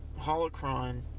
holocron